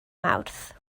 mawrth